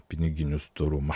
piniginių storumą